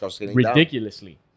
ridiculously